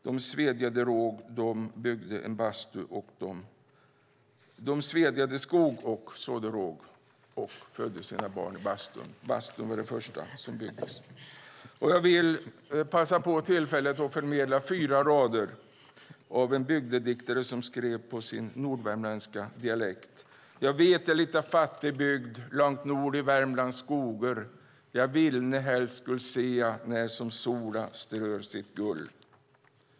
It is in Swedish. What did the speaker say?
De svedjade skog, sådde råg och födde sina barn i bastun. Bastun var det första som byggdes. Jag vill passa på tillfället att förmedla fyra rader av en bygdediktare som skrev på sin nordvärmländska dialekt. Ja vet e litta fatti bygd Langt nol i Värmlands skoger Ja vill ni helst skull se'a När som sola strör sitt gull .